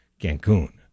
Cancun